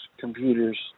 computers